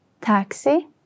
taxi